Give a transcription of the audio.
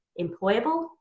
employable